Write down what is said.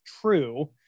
true